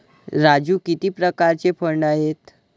राजू किती प्रकारचे फंड आहेत?